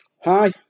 Hi